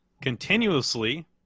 continuously